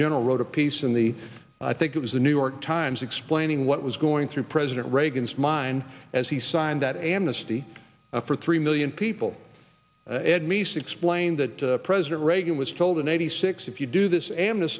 general wrote a piece in the i think it was the new york times explaining what was going through president reagan's mind as he signed that amnesty for three million people ed meese explained that president reagan was told in eighty six if you do this a